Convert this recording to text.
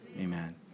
Amen